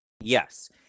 yes